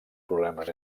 problemes